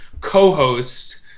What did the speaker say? co-host